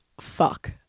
fuck